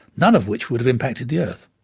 none of which would have impacted the earth.